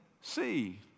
see